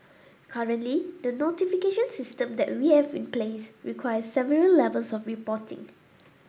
currently the notification system that we have in place requires several levels of reporting